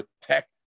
protect